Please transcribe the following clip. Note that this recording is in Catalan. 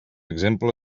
exemple